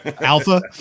alpha